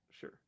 Sure